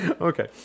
okay